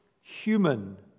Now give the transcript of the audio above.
human